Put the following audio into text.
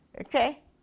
okay